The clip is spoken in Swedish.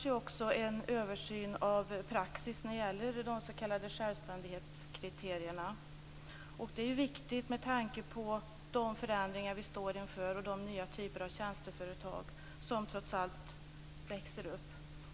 Nu görs en översyn av praxis när det gäller de s.k. självständighetskriterierna. Det är viktigt med tanke på de förändringar som vi står inför och de nya typer av tjänsteföretag som trots allt växer fram.